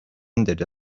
ended